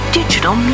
digital